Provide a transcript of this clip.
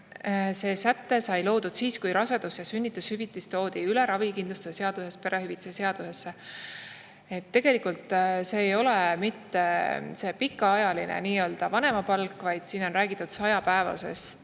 See säte sai loodud siis, kui rasedus- ja sünnitushüvitis toodi üle ravikindlustuse seadusest perehüvitiste seadusesse. Tegelikult see ei ole nii-öelda pikaajaline vanemapalk, vaid siin on räägitud 100-päevasest